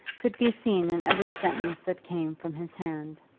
could be seen in every sentence that came from his hand.